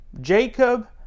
Jacob